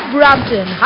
Brampton